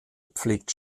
pflegt